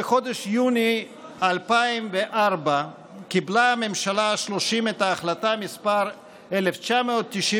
בחודש יוני 2004 קיבלה הממשלה ה-30 את ההחלטה מס' 1995,